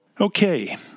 Okay